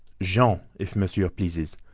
jean, if monsieur pleases,